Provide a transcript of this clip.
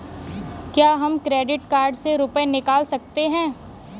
क्या हम credit card से रुपये निकाल सकते हैं?